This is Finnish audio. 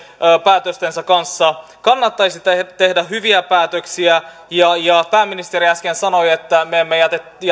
päätöstensä kanssa kannattaisi tehdä tehdä hyviä päätöksiä pääministeri äsken sanoi että me emme jätä